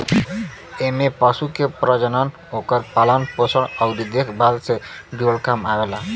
एमे पशु के प्रजनन, ओकर पालन पोषण अउरी देखभाल से जुड़ल काम आवेला